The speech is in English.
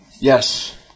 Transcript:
Yes